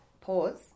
Pause